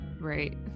right